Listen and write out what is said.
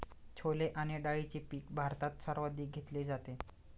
छोले आणि डाळीचे पीक भारतात सर्वाधिक घेतले जाते